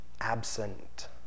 absent